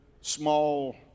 small